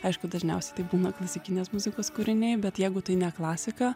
aišku dažniausiai tai būna klasikinės muzikos kūriniai bet jeigu tai ne klasika